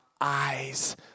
eyes